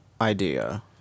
idea